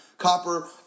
Copper